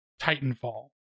Titanfall